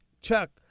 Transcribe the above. Chuck